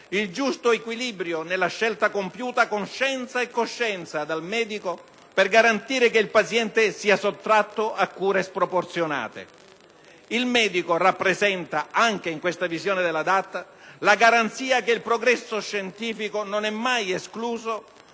il giusto equilibrio nella scelta compiuta con scienza e coscienza dal medico per garantire che il paziente sia sottratto a cure sproporzionate. Il medico rappresenta, anche in questa visione della DAT, la garanzia che il progresso scientifico non è mai escluso